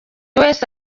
wese